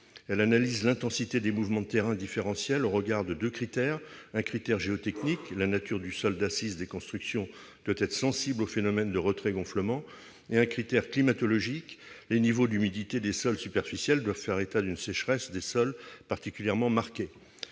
Elle analyse l'intensité des mouvements de terrain différentiels au regard de deux critères : un critère géotechnique, la nature du sol d'assises des constructions doit être sensible au phénomène de retrait-gonflement ; et un critère climatologique, les niveaux d'humidité des sols superficiels doivent faire état d'une sécheresse des sols particulièrement marquée.